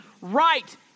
right